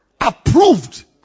Approved